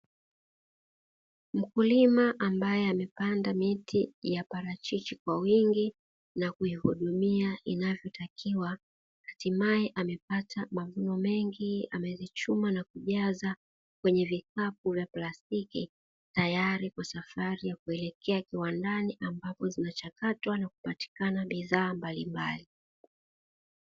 Mkulima ambaye amepanda miti ya parachichi kwa wingi na kuihudumia inavyotakiwa hatimaye amepata mavuno mengi, ameyachuma na kujaza kwenye vikapu vya plastiki tayari kwa safari ya kuelekea kiwandani ambapo zinachakatwa na kupatikana bidhaa mbalimbali.